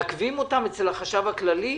מעכבים אותן אצל החשב הכללי?